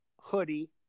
hoodie